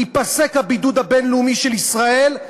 ייפסק הבידוד הבין-לאומי של ישראל,